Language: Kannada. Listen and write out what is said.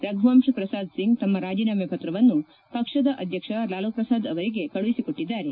ರಘುವಂಶ್ ಪ್ರಸಾದ್ ಸಿಂಗ್ ತಮ್ಮ ರಾಜೀನಾಮೆ ಪತ್ರವನ್ನು ಪಕ್ಷದ ಅಧ್ಯಕ್ಷ ಲಾಲು ಪ್ರಸಾದ್ ಅವರಿಗೆ ಕಳುಹಿಸಿಕೊಟ್ಟಿದ್ದಾರೆ